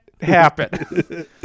happen